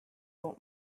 old